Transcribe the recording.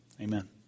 Amen